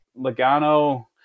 Logano